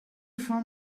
phone